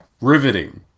Riveting